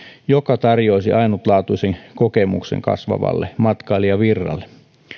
joka tarjoaisi ainutlaatuisen kokemuksen kasvavalle matkailijavirralle